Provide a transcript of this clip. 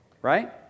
right